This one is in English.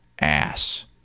ass